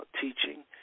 teaching